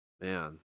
man